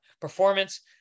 performance